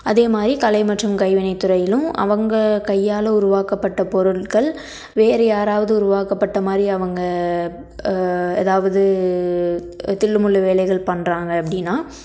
அதே மாதிரி கலை மற்றும் கைவினைத் துறையிலும் அவங்க கையாள உருவாக்கப்பட்ட பொருட்கள் வேறு யாராவது உருவாக்கப்பட்ட மாதிரி அவங்க ஏதாவது தில்லு முல்லு வேலைகள் பண்ணுறாங்க அப்படின்னா